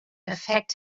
affect